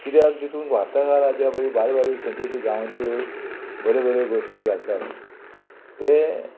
कित्याक तितून वार्ताहार जे पय बरीक बारीक खंयच्या खंयच्या गांवांच्यो बऱ्यो बऱ्यो गोश्टी घालता ते